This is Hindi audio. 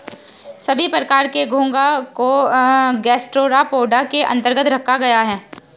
सभी प्रकार के घोंघा को गैस्ट्रोपोडा के अन्तर्गत रखा गया है